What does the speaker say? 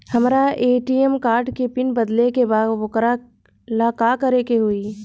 हमरा ATM card के PIN बदले के बा वोकरा ला का करे के होई?